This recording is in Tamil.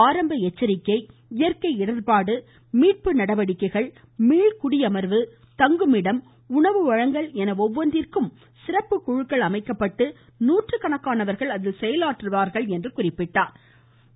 ஆரம்ப எச்சரிக்கை இயற்கை இடர்பாடு மீட்பு நடவடிக்கை மீள் குடியமர்வு தங்குமிடம் உணவு வழங்கல் என ஒவ்வொன்றிற்கும் சிறப்பு குழுக்கள் அமைக்கப்பட்டு நாற்றுக்கணக்கானோர் அதில் செயலாற்றுவார்கள் என்றார்